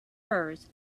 firs